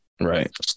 right